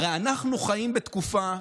הרי אנחנו חיים בתקופה,